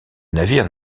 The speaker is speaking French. navire